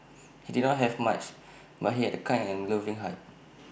he did not have much but he had A kind and loving heart